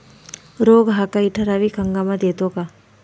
रोग हा काही ठराविक हंगामात येतो का?